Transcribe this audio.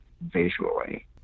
visually